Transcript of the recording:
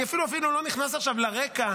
אני אפילו לא נכנס עכשיו לרקע,